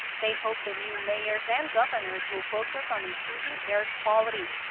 they hope the new mayors and governors will focus on improving air quality.